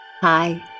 Hi